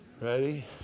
Ready